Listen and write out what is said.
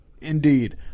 indeed